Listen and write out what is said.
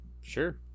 Sure